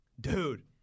Dude